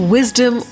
Wisdom